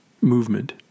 Movement